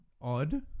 Odd